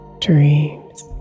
dreams